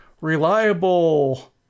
reliable